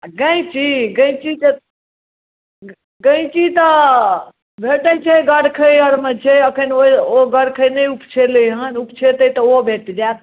गैंची गैंची तऽ गैंची तऽ भेटैत छै गरखैर अरमे छै अखन ओ गरखेने उपछैले हँ उपछैै तऽ ओहो भेट जायत